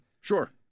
Sure